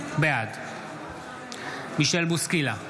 בעד מישל בוסקילה,